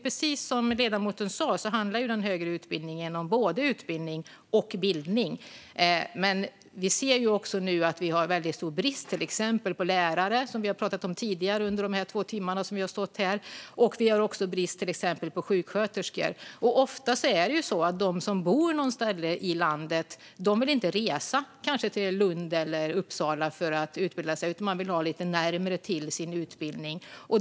Precis som ledamoten sa handlar den högre utbildningen om både utbildning och bildning, men vi ser nu att vi har en väldigt stor brist på till exempel lärare, som vi har pratat om tidigare under de två timmar som vi har stått här. Vi har också brist på sjuksköterskor. Ofta vill de som bor på något annat ställe i landet inte resa till Lund eller Uppsala för att utbilda sig. De vill ha lite närmare till sin utbildning.